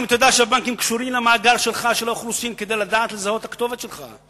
אתה יודע שהבנקים קשורים למאגר האוכלוסין כדי לדעת לזהות את הכתובת שלך?